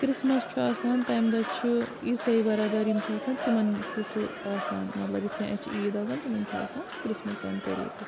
Christmas چھُ آسان تَمہِ دۄہ چھُ عیٖسٲے بَرادَر یِم چھِ آسان تِمَن چھُ سُہ آسان مطلب یِتھ کٔنۍ اسہِ چھِ عیٖد آسان تِمَن چھُ آسان کِرٛسمَس تَمہِ طریٖقہٕ